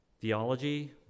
Theology